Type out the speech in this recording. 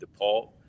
DePaul